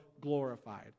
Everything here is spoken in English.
glorified